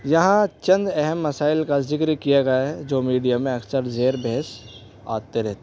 یہاں چند اہم مسائل کا ذکر کیا گیا ہے جو میڈیا میں اکثر زیر بحث آتے رہتے